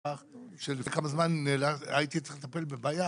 לפני כמה זמן הייתי צריך לטפל בבעיה,